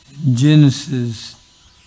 Genesis